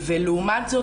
לעומת זאת,